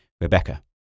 Rebecca